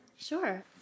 Sure